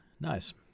Nice